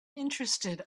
interested